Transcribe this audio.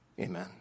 Amen